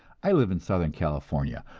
i live in southern california,